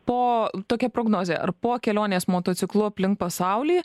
po tokia prognozė ar po kelionės motociklu aplink pasaulį